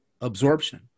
absorption